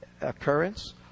occurrence